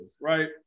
right